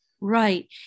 Right